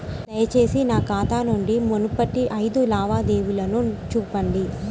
దయచేసి నా ఖాతా నుండి మునుపటి ఐదు లావాదేవీలను చూపండి